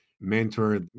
mentor